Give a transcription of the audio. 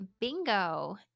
bingo